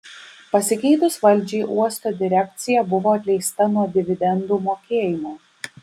pasikeitus valdžiai uosto direkcija buvo atleista nuo dividendų mokėjimo